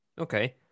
Okay